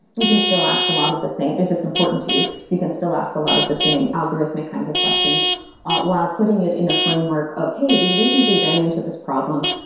you can still ask a lot of the same if it's important to you, you can still ask a lot of the same algorithmic kinds of questions while putting it in a framework of, hey, we recently ran into this problem.